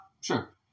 sure